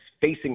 facing